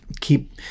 keep